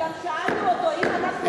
וגם שאלנו אותו: אם אנחנו כל כך לא מסוגלים,